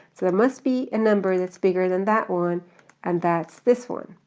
so there must be a number that's bigger than that one and that's this one.